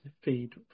feed